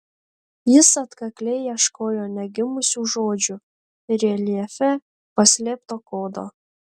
jis atkakliai ieškojo negimusių žodžių reljefe paslėpto kodo